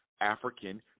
African